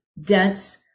dense